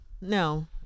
no